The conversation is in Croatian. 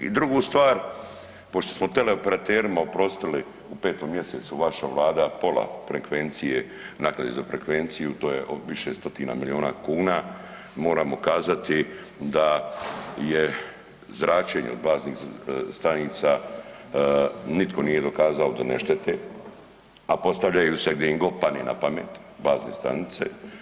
I drugu stvar, pošto smo teleoperaterima oprostili u 5. mjesecu vaša Vlada pola frekvencije naknade za frekvenciju to je više stotina milijuna kuna, moramo kazati da je zračenje od baznih stanica nitko nije dokazao da ne štete, a postavljaju se gdje im god padne na pamet bazne stanice.